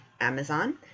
Amazon